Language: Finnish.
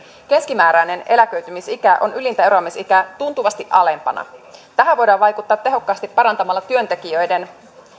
keskimääräinen eläköitymisikä on ylintä eroamisikää tuntuvasti alempana tähän voidaan vaikuttaa tehokkaasti parantamalla työntekijöiden